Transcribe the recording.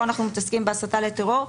פה אנחנו מתעסקים בהסתה לטרור.